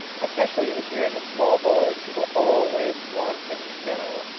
especially in the hearing of small boys who were always wanting to know.